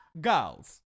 Girls